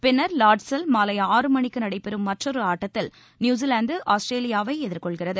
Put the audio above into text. பின்னர் லாட்ஸ்சில் மாலை ஆறு மணிக்கு நடைபெறும் மற்றொரு ஆட்டத்தில் நியுசிலாந்து ஆஸ்திரேலியாவை எதிர்கொள்கிறது